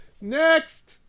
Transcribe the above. Next